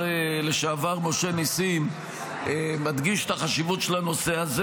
לשעבר משה ניסים מדגיש את החשיבות של הנושא הזה.